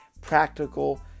practical